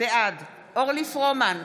בעד אורלי פרומן,